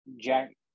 jack